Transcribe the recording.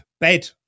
bed